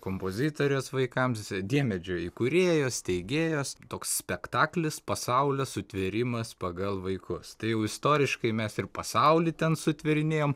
kompozitorės vaikams diemedžio įkūrėjos steigėjos toks spektaklis pasaulio sutvėrimas pagal vaikus tai jau istoriškai mes ir pasaulį ten sutvėrinėjom